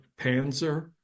Panzer